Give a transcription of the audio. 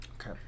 Okay